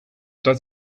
does